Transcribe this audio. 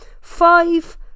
five